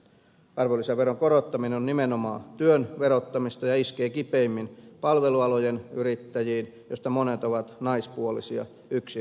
arvonlisäveron korottaminen on nimenomaan työn verottamista ja iskee kipeimmin palvelualojen yrittäjiin joista monet ovat naispuolisia yksinyrittäjiä